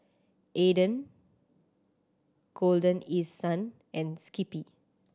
Aden Golden East Sun and Skippy